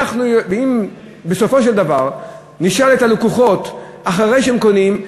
אם בסופו של דבר נשאל את הלקוחות אחרי שהם קונים,